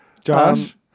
Josh